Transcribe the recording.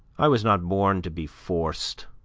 i was not born to be forced.